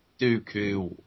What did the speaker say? Dooku